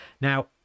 now